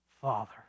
Father